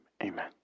Amen